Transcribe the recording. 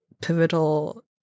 pivotal